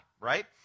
right